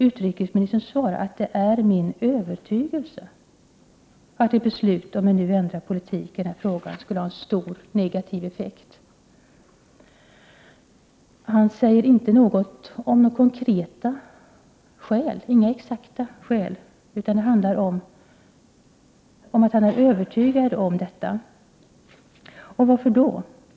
Utrikesministern svarar: ”Det är min övertygelse att ett beslut nu om en ändrad politik i den här frågan skulle ha en stor negativ effekt.” Han anger inga exakta skäl, utan det handlar om att han är övertygad om detta. Varför det?